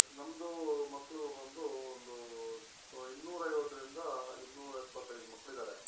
ನಮ್ಮದು ಮಕ್ಕಳು ಬಂದು ಒಂದು ಇನ್ನೂರು ಐವತ್ತರಿಂದ ಇನ್ನೂರ ಎಪ್ಪತ್ತೈದು ಮಕ್ಳು ಇದ್ದಾರೆ